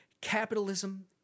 Capitalism